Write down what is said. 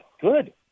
Good